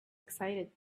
excited